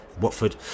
Watford